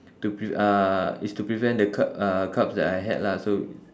to pre~ uh it's to prevent the car~ uh carbs that I had lah so